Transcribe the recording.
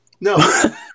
No